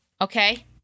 Okay